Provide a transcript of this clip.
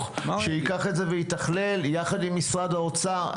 שייקח את זה ויתכלל יחד עם משרד האוצר.